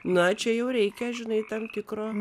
na čia jau reikia žinai tam tikro